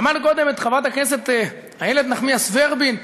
שמענו קודם את חברת הכנסת איילת נחמיאס ורבין,